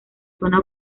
zona